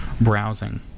browsing